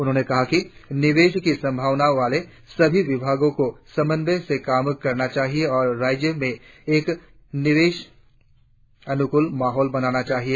उन्होंने कहा कि निवेश की संभावना वाले सभी विभागों को समन्वय से काम करना चाहिए और राज्य में एक निवेशक अनुकूल माहौल बनाना चाहिए